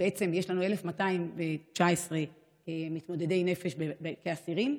יש לנו 1,219 מתמודדי נפש כאסירים,